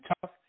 tough